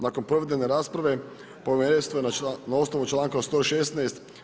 Nakon provedene rasprave, povjerenstvo je na osnovu čl.116.